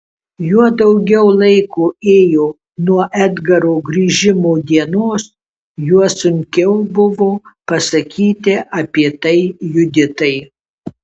juo daugiau laiko ėjo nuo edgaro grįžimo dienos juo sunkiau buvo pasakyti apie tai juditai